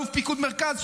אלוף פיקוד מרכז,